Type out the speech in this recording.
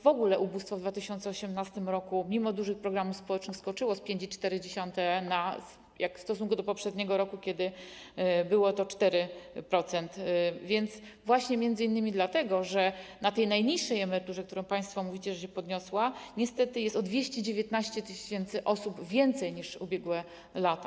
W ogóle ubóstwo w 2018 r. mimo dużych programów społecznych skoczyło do 5,4% w stosunku do poprzedniego roku, kiedy było to 4%, właśnie m.in. dlatego, że na tej najniższej emeryturze, o której państwo mówicie, że się podniosła, niestety jest o 219 tys. osób więcej niż w ubiegłych latach.